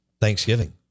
thanksgiving